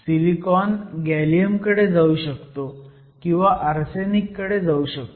silicon gallium कडे जाऊ शकतो किंवा आर्सेनिक कडे जाऊ शकतो